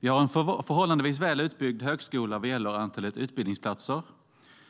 Vi har en förhållandevis väl utbyggd högskola vad gäller antalet utbildningsplatser.